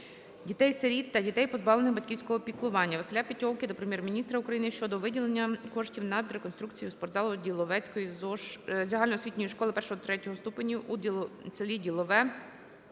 дітей-сиріт та дітей, позбавлених батьківського піклування. ВасиляПетьовки до Прем'єр-міністра України щодо виділення коштів на реконструкцію спортзалу Діловецької ЗОШ І - ІІІ ступенів у с.Ділове